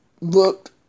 looked